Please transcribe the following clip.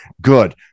Good